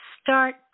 start